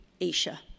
Asia